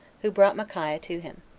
who brought micaiah to him.